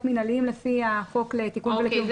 מנהליים לפי החוק לתיקון ולקיום --- אוקיי,